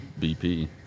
BP